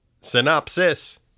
Synopsis